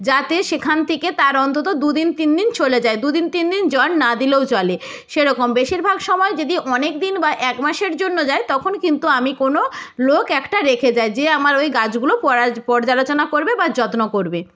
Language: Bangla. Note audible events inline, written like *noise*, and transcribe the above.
যাতে সেখান থেকে তার অন্তত দুদিন তিনদিন চলে যায় দুদিন তিনদিন জল না দিলেও চলে সেরকম বেশিরভাগ সময় যদি অনেকদিন বা এক মাসের জন্য যাই তখন কিন্তু আমি কোনো লোক একটা রেখে যাই যে আমার ওই গাছগুলো *unintelligible* পর্যালোচনা করবে বা যত্ন করবে